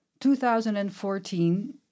2014